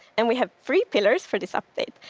and we have three pillars for this update.